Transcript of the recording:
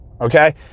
Okay